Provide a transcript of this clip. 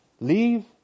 Leave